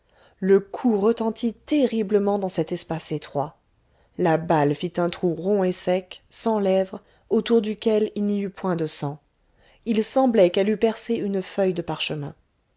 le coup retentit terriblement dans cet espace étroit la balle fit un trou rond et sec sans lèvres autour duquel il n'y eut point de sang il semblait qu'elle eût percé une feuille de parchemin